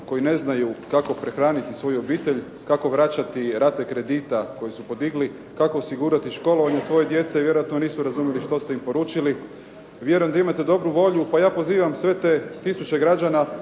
koji ne znaju kako prehraniti svoju obitelj, kako vraćati rate kredita koje su podigli, kako osigurati školovanje svoje djece i vjerojatno nisu razumjeli što ste im poručili. Vjerujem da imate dobru volju, pa ja pozivam sve te tisuće građana